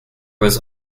was